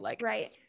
Right